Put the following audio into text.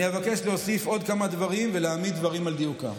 אני אבקש להוסיף עוד כמה דברים ולהעמיד דברים על דיוקם.